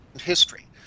history